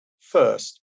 first